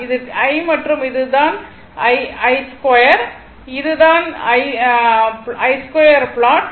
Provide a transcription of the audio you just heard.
இது i மற்றும் இது i2 இது தான் i2 பிளாட்